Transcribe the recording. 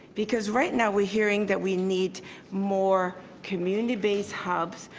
because right now we're hearing that we need more community-based hubs,